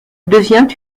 devient